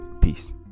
peace